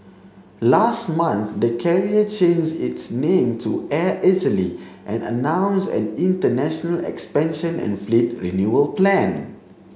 last month the Carrier changed its name to Air Italy and announced an international expansion and fleet renewal plan